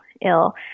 ill